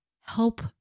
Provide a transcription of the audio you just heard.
help